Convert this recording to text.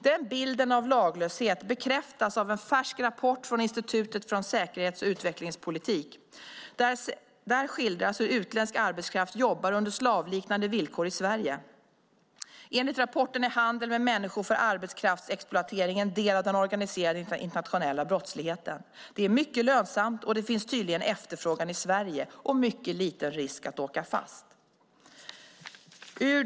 Den bilden av laglöshet bekräftas av en färsk rapport från Institutet för säkerhets och utrikespolitik. Där skildras hur utländsk arbetskraft jobbar under slavliknande villkor i Sverige. Enligt rapporten är handeln med människor för arbetskraftsexploatering en del av den organiserade internationella brottsligheten. Det är mycket lönsamt, och det finns tydligen efterfrågan i Sverige och mycket liten risk att åka fast.